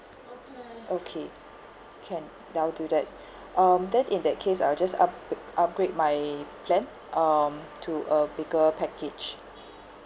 okay can then I'll do that um then in that case I'll just up~ upgrade my plan um to a bigger package